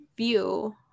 view